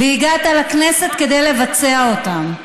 והגעת לכנסת כדי לבצע אותם.